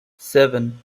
seven